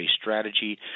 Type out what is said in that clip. strategy